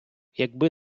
якби